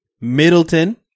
Middleton